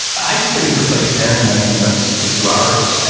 i'd say you could play catan in ninety minutes to two hours.